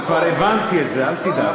אני כבר הבנתי את זה, אל תדאג.